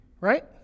Right